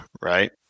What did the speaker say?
right